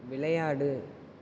விளையாடு